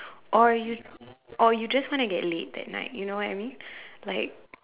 or you or you just want to get laid that night you know what I mean like